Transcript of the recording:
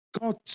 God